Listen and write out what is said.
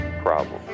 problem